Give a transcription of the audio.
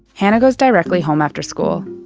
hana goes directly home after school.